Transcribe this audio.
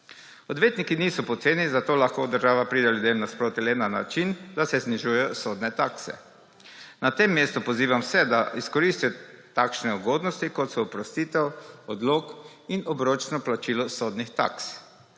Odvetniki niso poceni, zato lahko država pride ljudem nasproti le na način, da se znižujejo sodne takse. Na tem mestu pozivam vse, da izkoristijo takšne ugodnosti, kot so oprostitev, odlog in obročno plačilo sodnih taks.